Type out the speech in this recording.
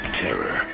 terror